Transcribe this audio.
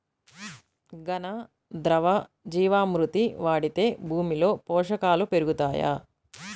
ఘన, ద్రవ జీవా మృతి వాడితే భూమిలో పోషకాలు పెరుగుతాయా?